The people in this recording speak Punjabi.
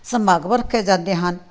ਸਮਾਗਮ ਰੱਖੇ ਜਾਂਦੇ ਹਨ